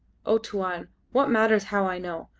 oh, tuan! what matters how i know!